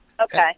Okay